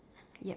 yup